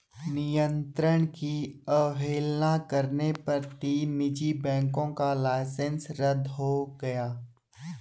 नियंत्रण की अवहेलना करने पर तीन निजी बैंकों का लाइसेंस रद्द हो गया